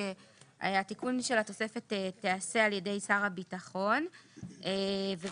שהתיקון של התוספת תיעשה על ידי שר הביטחון ובעצם